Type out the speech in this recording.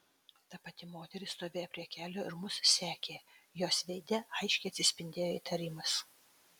ta pati moteris stovėjo prie kelio ir mus sekė jos veide aiškiai atsispindėjo įtarimas